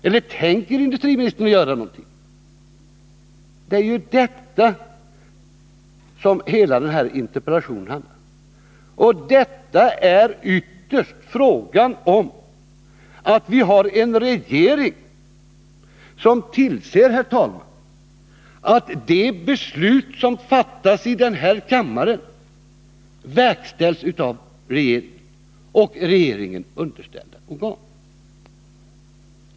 Eller tänker industriministern göra någonting? Det är ju detta som hela den här interpellationen handlar om. Vad det gäller är ytterst om vi har en regering som tillser att de beslut som fattats här i kammaren verkställs av regeringen och regeringen underställda organ.